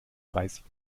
dreißig